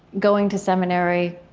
going to seminary,